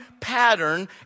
pattern